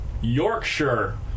Yorkshire